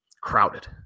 crowded